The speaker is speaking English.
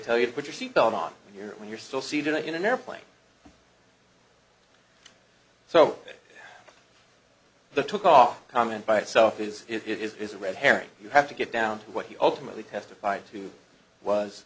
tell you to put your seatbelt on when you're when you're still seated in an airplane so the took off comment by itself is it is a red herring you have to get down to what you ultimately testified to was